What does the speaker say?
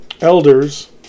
elders